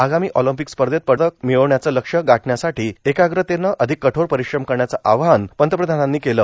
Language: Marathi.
आगामी ऑर्लम्पिक स्पधत पदक र्मिळवण्याचं लक्ष्य गाठण्यासाठी एकाग्रतेन र्आण र्आधक कठोर पर्परश्रम करण्याचं आवाहन पंतप्रधानांनी केलं